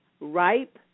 ripe